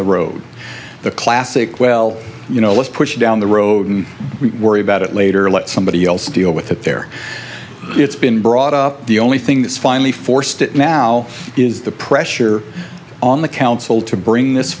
the road the classic well you know let's push it down the road and worry about it later let somebody else deal with it there it's been brought up the only thing that's finally forced it now is the pressure on the council to bring this